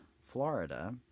Florida